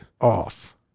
Off